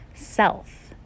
Self